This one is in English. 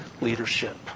leadership